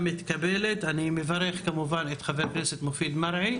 אני מברך את חבר הכנסת מופיד מרעי,